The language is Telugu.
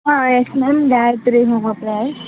హా yes madam Gayatri home appliances